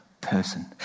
person